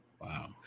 Wow